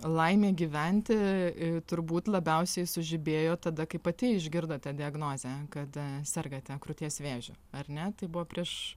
laimė gyventi turbūt labiausiai sužibėjo tada kai pati išgirdote diagnozę kad sergate krūties vėžiu ar ne tai buvo prieš